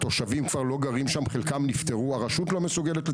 הוא עומד ריק,